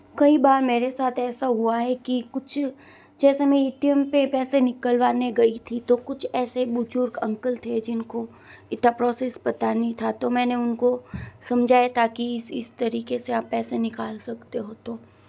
कई बार मेरे साथ ऐसा हुआ है कि कुछ जैसे में ए टी एम पर पैसे निकलवाने गई थी तो कुछ ऐसे बुज़ुर्ग अंकल थे जिनको इतना प्रोसेस पता नहीं था तो मैंने उनको समझाया ताकि इस इस तरीक़े से आप पैसे निकाल सकते हो तो